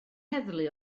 heddlu